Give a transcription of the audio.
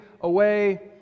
away